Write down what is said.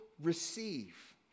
receive